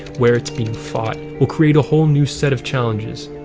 where it's being fought, will create a whole new set of challenges.